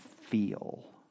feel